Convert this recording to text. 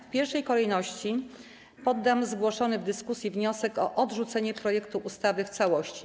W pierwszej kolejności poddam zgłoszony w dyskusji wniosek o odrzucenie projektu ustawy w całości.